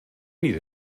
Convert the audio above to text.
need